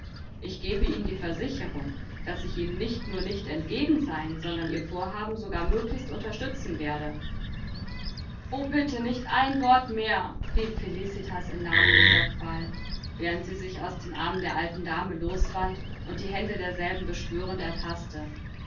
ich gebe ihnen die versicherung daß ich ihnen nicht nur nicht entgegen sein sondern ihr vorhaben sogar möglichst unterstützen werde o bitte nicht ein wort mehr rief felicitas in namenloser qual während sie sich aus den armen der alten dame loswand und die hände derselben beschwörend erfaßte